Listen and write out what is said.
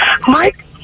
Mike